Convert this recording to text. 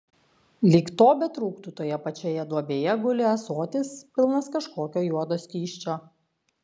lyg to betrūktų toje pačioje duobėje guli ąsotis pilnas kažkokio juodo skysčio